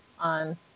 on